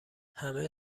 همه